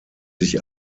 sich